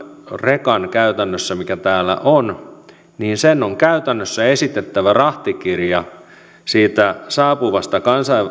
rekan mikä täällä on on käytännössä esitettävä rahtikirja siitä saapuvasta